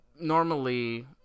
normally